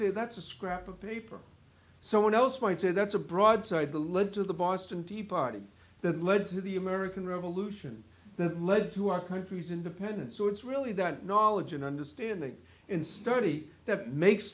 say that's a scrap of paper someone else might say that's a broadside to lead to the boston tea party that led to the american revolution that led to our country's independence so it's really that knowledge and understanding in study that makes